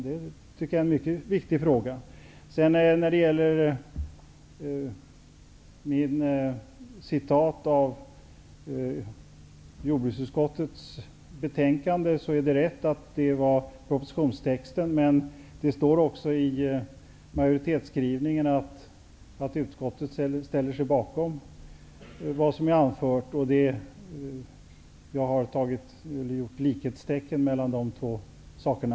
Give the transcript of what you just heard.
Det tycker jag är en mycket viktig fråga. När det sedan gäller jordbruksutskottets betänkande och det som jag citerade är det riktigt att jag citerade från propositionstexten. Men det sägs också i majoritetsskrivningen att utskottet ställer sig bakom vad jag anfört. Jag har satt likhetstecken mellan de två sakerna.